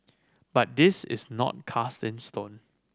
but this is not cast in stone